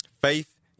Faith